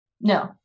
No